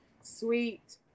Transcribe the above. sweet